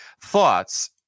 thoughts